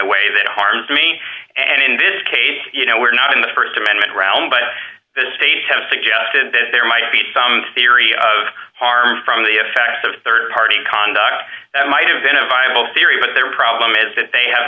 a way that harms me and indicates you know were not in the st amendment round by the state have suggested that there might be some serious harm from the effects of rd party conduct that might have been a viable theory but their problem is that they have